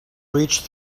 reached